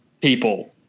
people